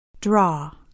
Draw